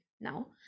Now